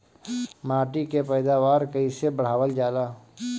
माटी के पैदावार कईसे बढ़ावल जाला?